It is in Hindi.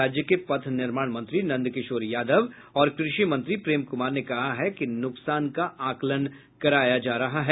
राज्य के पथ निर्माण मंत्री नंदकिशोर यादव और कृषि मंत्री प्रेम कुमार ने कहा है कि नुकसान का आकलन कराया जा रहा है